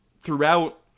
throughout